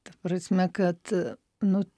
ta prasme kad nu